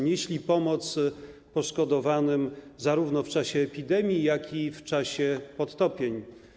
Nieśli oni pomoc poszkodowanym zarówno w czasie epidemii, jak i w czasie podtopień.